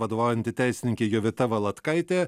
vadovaujanti teisininkė jovita valatkaitė